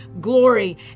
glory